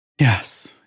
yes